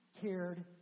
cared